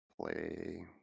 Play